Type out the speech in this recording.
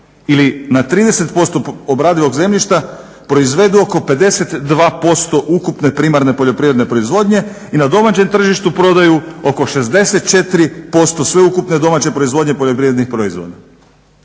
ili na 30% obradivog zemljišta proizvedu oko 52% ukupne primarne poljoprivredne proizvodnje i na domaćem tržištu prodaju oko 64% sveukupne domaće proizvodnje poljoprivrednih proizvoda.